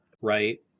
right